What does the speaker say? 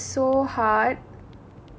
so like it is so hard